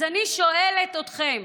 אז אני שואלת אתכם: